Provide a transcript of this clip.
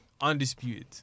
undisputed